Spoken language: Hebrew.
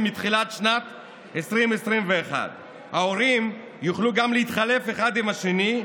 מתחילת שנת 2021. ההורים יוכלו גם להתחלף אחד עם השני,